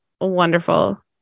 wonderful